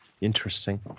Interesting